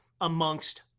amongst